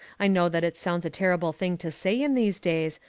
i know that it sounds a terrible thing to say in these days,